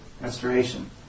Restoration